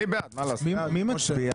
מי מצביע?